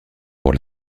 pour